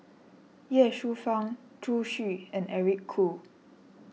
Ye Shufang Zhu Xu and Eric Khoo